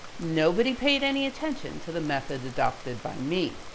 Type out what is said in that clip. nobody paid any attention to the method adopted by me.